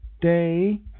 Day